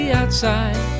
outside